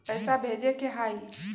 पैसा भेजे के हाइ?